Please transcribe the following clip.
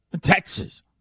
Texas